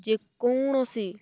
ଯେକୌଣସି